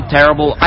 terrible